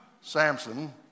Samson